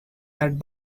that